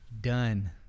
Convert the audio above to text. Done